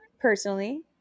personally